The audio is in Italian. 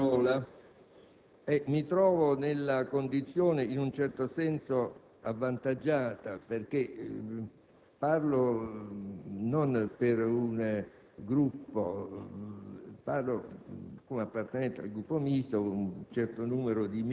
Presidente, ringrazio di avermi dato la parola. Mi trovo in una condizione, in un certo senso, avvantaggiata, perché parlo non per un Gruppo,